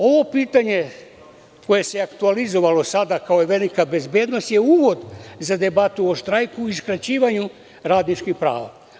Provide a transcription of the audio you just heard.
Ovo pitanje koje se aktuealizovalo sada kao velika bezbednost je uvod za debatu o štrajku i skraćivanju radničkih prava.